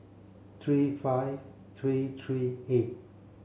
three five three three eight